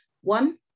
One